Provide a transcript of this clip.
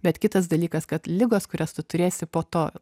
bet kitas dalykas kad ligos kurias tu turėsi po to